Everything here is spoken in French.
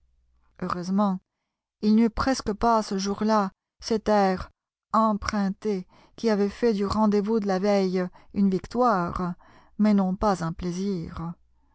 heureusement il n'eut presque pas ce jour-là cet air emprunté qui avait fait du rendez-vous de la veille une victoire mais non pas un plaisir